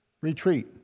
retreat